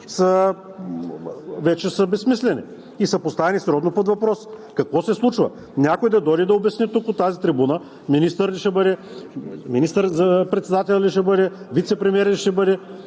вече са безсмислени и са поставени сериозно под въпрос: какво се случва? Някой да дойде и да обясни тук от тази трибуна – министър ли ще бъде, министър-председател ли ще бъде, вицепремиер ли ще бъде,